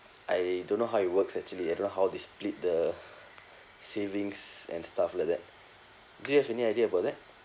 I don't know how it works actually I don't know how they split the savings and stuff like that do you have any idea about that